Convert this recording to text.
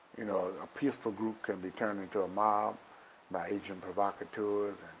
you know, a peaceful group can be turned into a mob by agent provocateurs,